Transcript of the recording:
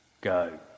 go